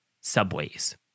subways